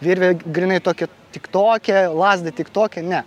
virvė grynai tokia tik tokią lazdą tik tokią ne